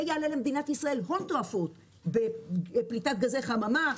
זה יעלה למדינת ישראל הון תועפות מבחינת פליטת גזי חממה,